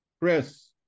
Chris